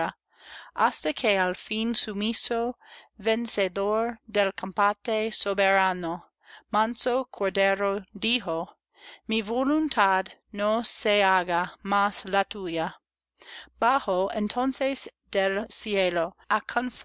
hasta que al fin sumiso vencedor del combate soberano manso cordero dijo mi voluntad no se haga mas la tuya bajó entonces del cielo á